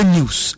News